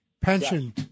pension